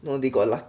no they got lucky